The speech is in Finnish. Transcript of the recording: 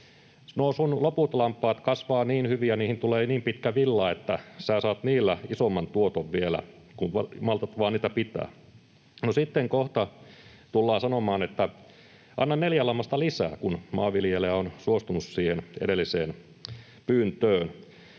loput lampaasi kasvavat niin hyvin ja niihin tulee niin pitkä villa, että sinä saat niillä isomman tuoton vielä, kun maltat vaan niitä pitää. No, sitten kohta tullaan sanomaan, että anna neljä lammasta lisää, kun maanviljelijä on suostunut siihen edelliseen pyyntöön.